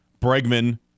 Bregman